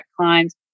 clients